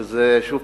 שוב,